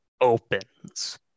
opens